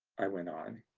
i went on.